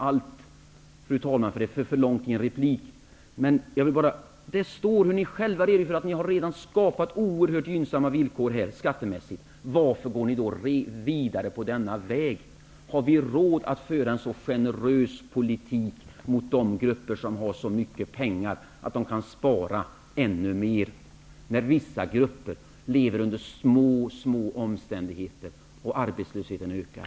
På s. 87 i propositionen står att läsa hur ni själva redogör för att ni har skapat oerhört gynnsamma villkor skattemässigt. Varför går ni vidare på denna väg? Har vi råd att föra en så generös politik mot de grupper som har så mycket pengar att de kan spara ännu mer, när vissa grupper lever under små omständigheter och arbetslösheten ökar?